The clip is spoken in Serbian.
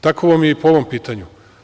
Tako vam je i po ovom pitanju.